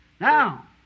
Now